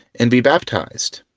and be baptized.